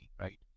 right